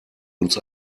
uns